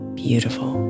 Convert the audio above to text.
beautiful